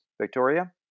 Victoria